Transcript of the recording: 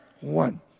One